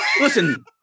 Listen